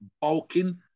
bulking